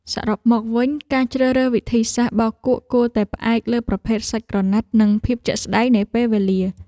សរុបមកវិញ ការជ្រើសរើសវិធីសាស្ត្របោកគក់គួរតែផ្អែកលើប្រភេទសាច់ក្រណាត់ និងភាពជាក់ស្តែងនៃពេលវេលា។